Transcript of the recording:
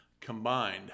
combined